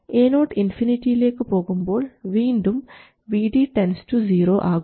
Ao ഇൻഫിനിറ്റിയിലേക്ക് പോകുമ്പോൾ വീണ്ടും Vd 0 ആകും